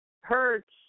hurts